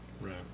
Right